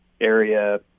area